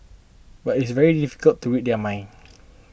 but it's very difficult to read their minds